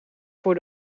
voor